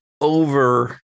over